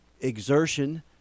exertion